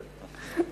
זה בסדר.